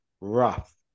rough